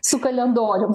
su kalendorium